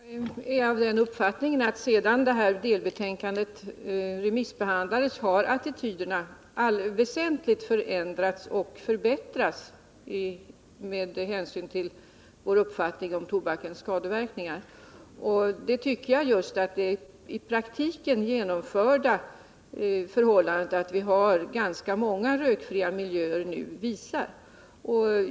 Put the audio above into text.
Herr talman! Jag är av den uppfattningen att sedan delbetänkandet remissbehandlades har attityderna till tobakens skadeverkningar väsentligt förändrats i gynnsam riktning. Att det förhåller sig så tycker jag framgår av att vi nu har ganska många rökfria miljöer.